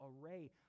array